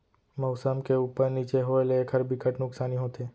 मउसम के उप्पर नीचे होए ले एखर बिकट नुकसानी होथे